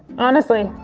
honestly.